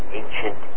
ancient